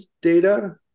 data